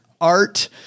art